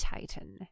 Titan